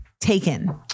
taken